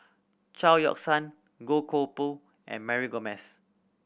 Chao Yoke San Goh Koh Pui and Mary Gomes